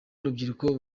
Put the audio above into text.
urubyiruko